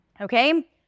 Okay